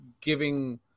giving